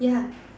yeah